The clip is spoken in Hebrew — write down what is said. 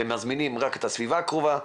מזמינים רק את הסביבה הקרובה,